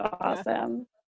awesome